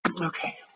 Okay